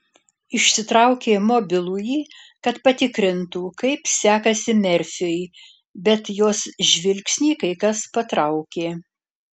išsitraukė mobilųjį kad patikrintų kaip sekasi merfiui bet jos žvilgsnį kai kas patraukė